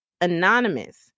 anonymous